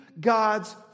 God's